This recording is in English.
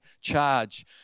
charge